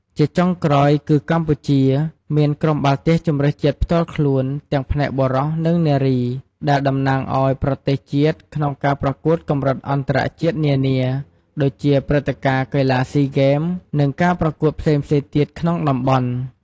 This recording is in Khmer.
ជាចុងក្រោយគឺកម្ពុជាមាន ក្រុមបាល់ទះជម្រើសជាតិផ្ទាល់ខ្លួន ទាំងផ្នែកបុរស និងនារី ដែលតំណាងឱ្យប្រទេសជាតិក្នុងការប្រកួតកម្រិតអន្តរជាតិនានា ដូចជាព្រឹត្តិការណ៍កីឡាស៊ីហ្គេម និងការប្រកួតផ្សេងៗទៀតក្នុងតំបន់។